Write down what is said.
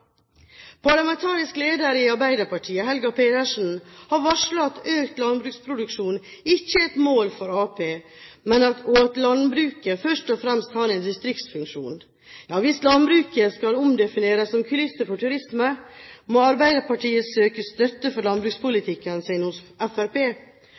Parlamentarisk leder i Arbeiderpartiet, Helga Pedersen, har varslet at økt landbruksproduksjon ikke er et mål for Arbeiderpartiet, og at landbruket først og fremst har en distriktsfunksjon. Hvis landbruket skal omdefineres som kulisser for turisme, må Arbeiderpartiet søke støtte for